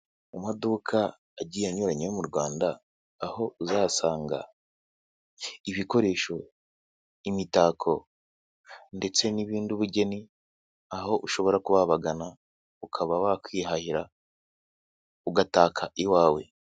Mu mamaduka agiye anyuranye yo mu rwanda, aho uzasanga ibikoresho, imitako, ndetse n'ibindi ubugeni, aho ushobora kuba wabagana ukaba wakwihahira ugataka iwawe.